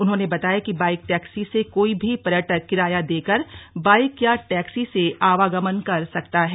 उन्होंने बताया कि बाईक टैक्सी से कोई भी पर्यटक किराया देकर बाईक या टैक्सी से आवागमन कर सकता है